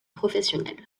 professionnelle